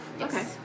Okay